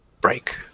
break